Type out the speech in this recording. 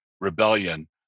rebellion